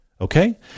Okay